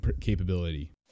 capability